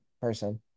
person